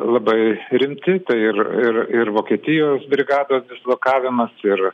labai rimti ir ir ir vokietijos brigados dislokavimas ir